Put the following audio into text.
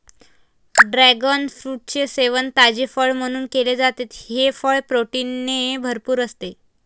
dragon फ्रूटचे सेवन ताजे फळ म्हणून केले जाते, हे फळ प्रोटीनने भरपूर असते